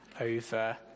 over